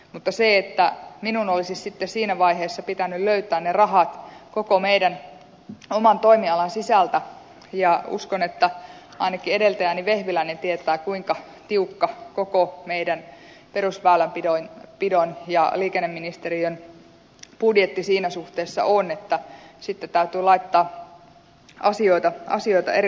mutta minun olisi sitten siinä vaiheessa pitänyt löytää ne rahat koko meidän oman toimialan sisältä ja uskon että ainakin edeltäjäni vehviläinen tietää kuinka tiukka koko meidän perusväylänpidon ja liikenneministeriön budjetti siinä suhteessa on niin että sitten täytyy laittaa asioita erilaiselle viivalle